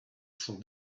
son